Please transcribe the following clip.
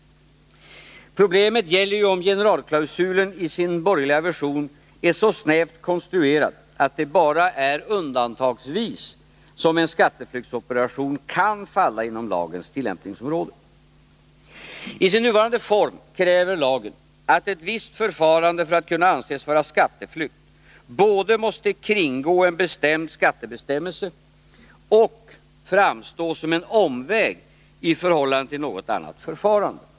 Problemet gäller ju om generalklausulen i sin borgerliga version är så snävt konstruerad att det bara är undantagsvis som en skatteflyktsoperation kan falla inom lagens tillämpningsområde. I sin nuvarande form kräver lagen att ett visst förfarande för att kunna anses vara skatteflykt både måste kringgå en bestämd skattebestämmelse och framstå som en omväg i förhållande till något annat förfarande.